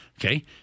okay